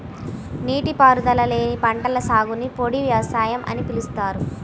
నీటిపారుదల లేని పంటల సాగుని పొడి వ్యవసాయం అని పిలుస్తారు